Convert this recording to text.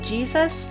Jesus